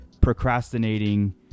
procrastinating